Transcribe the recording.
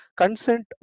consent